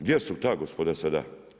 Gdje su ta gospoda sada?